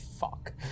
Fuck